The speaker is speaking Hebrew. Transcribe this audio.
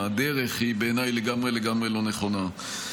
הדרך היא בעיניי לגמרי לגמרי לא נכונה.